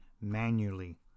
manually